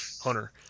Hunter